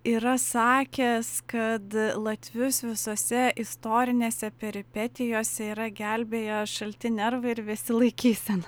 yra sakęs kad latvius visose istorinėse peripetijose yra gelbėję šalti nervai ir vėsi laikysena